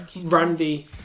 Randy